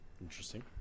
Interesting